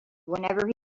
whenever